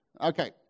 Okay